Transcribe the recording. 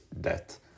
debt